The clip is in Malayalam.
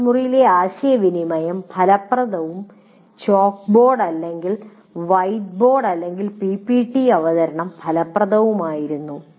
ക്ലാസ് മുറിയിലെ ആശയവിനിമയം ഫലപ്രദവും ചോക്ക്ബോർഡ് അല്ലെങ്കിൽ വൈറ്റ്ബോർഡ് അല്ലെങ്കിൽ പിപിടി അവതരണം ഫലപ്രദവുമായിരുന്നു